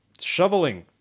shoveling